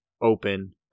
open